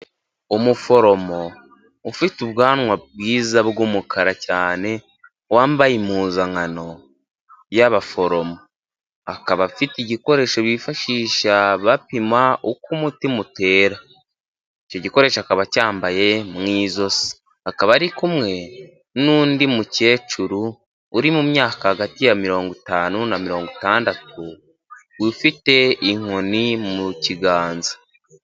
Umuforomo ufite ubwanwa bwiza bw'umukara cyane wambaye impuzankano y'abaforomo akaba afite igikoresho bifashisha bapima uko umutima utera icyo gikoresho akaba acyambaye mu izosi akaba ari kumwe n'undi mukecuru uri mu myaka hagati ya mirongo itanu na mirongo itandatu ufite inkoni mu kiganza.